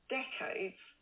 decades